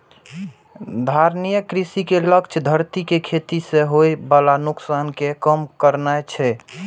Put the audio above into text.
धारणीय कृषि के लक्ष्य धरती कें खेती सं होय बला नुकसान कें कम करनाय छै